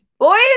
Boys